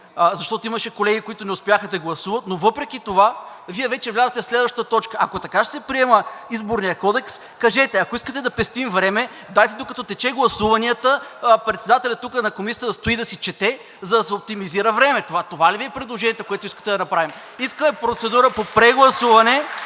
защото имаше колеги, които не успяха да гласуват, но въпреки това Вие вече влязохте в следващата точка. Ако така ще се приема Изборният кодекс, кажете! Ако искате да пестим време, дайте, докато текат гласуванията, председателят тук на Комисията да стои и да си чете, за да се оптимизира времето. Това ли Ви е предложението, което искате да направим? (Ръкопляскания